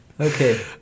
Okay